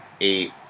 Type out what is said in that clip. Eight